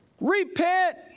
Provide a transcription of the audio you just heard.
repent